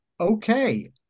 Okay